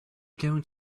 going